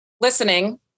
listening